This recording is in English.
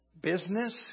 business